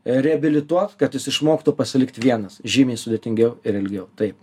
reabilituot kad jis išmoktų pasilikt vienas žymiai sudėtingiau ir ilgiau taip